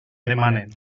demanen